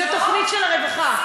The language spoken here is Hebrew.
זה תוכנית של הרווחה.